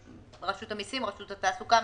רשות התעסוקה,